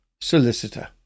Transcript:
solicitor